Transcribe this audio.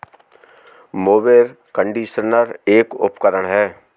mower conditioner एक उपकरण है